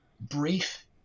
brief